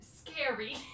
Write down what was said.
scary